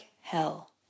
hell